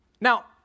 Now